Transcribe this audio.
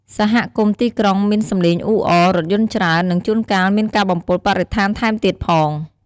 សហគមន៍ទីក្រុងមានសំឡេងអ៊ូអរ រថយន្តច្រើន និងជួនកាលមានការបំពុលបរិស្ថានថែមទៀតផង។